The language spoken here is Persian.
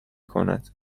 کند